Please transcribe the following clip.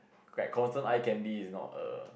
like constant eye candy it's not a